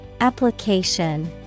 Application